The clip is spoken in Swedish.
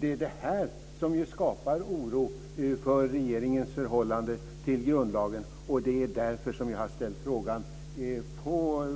Det är detta som skapar oro för regeringens förhållande till grundlagen, och det är därför som jag har väckt interpellationen,